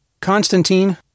Constantine